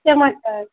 ٹماٹر